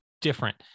different